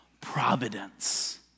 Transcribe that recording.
providence